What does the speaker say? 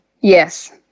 Yes